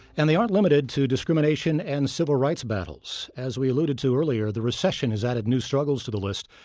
and they aren't limited to discrimination and civil rights battles. as we alluded to earlier, the recession has added new struggles to the list.